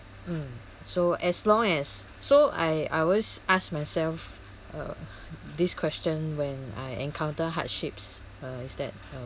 mm so as long as so I I always ask myself uh this question when I encounter hardships uh is that uh